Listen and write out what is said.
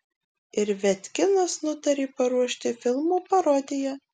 ir viatkinas nutarė paruošti filmo parodiją